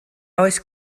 oes